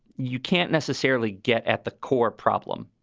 you can't necessarily get at the core problem.